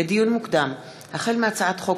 לדיון מוקדם: החל בהצעת חוק